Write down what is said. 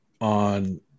on